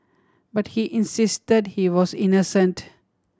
but he insisted he was innocent